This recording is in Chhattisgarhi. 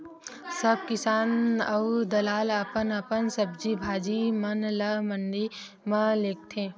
सब किसान अऊ दलाल अपन अपन सब्जी भाजी म ल मंडी म लेगथे